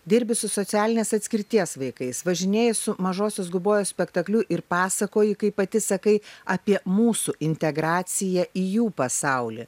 dirbi su socialinės atskirties vaikais važinėji su mažosios gubojos spektakliu ir pasakoji kaip pati sakai apie mūsų integraciją į jų pasaulį